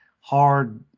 hard